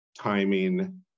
timing